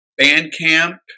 Bandcamp